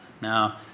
Now